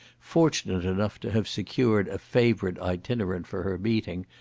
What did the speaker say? fortunate enough to have secured a favourite itinerant for her meeting,